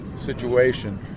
situation